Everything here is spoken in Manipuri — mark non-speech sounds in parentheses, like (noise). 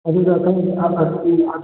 (unintelligible)